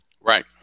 Right